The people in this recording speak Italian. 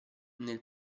nel